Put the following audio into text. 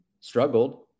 struggled